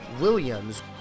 Williams